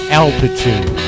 altitude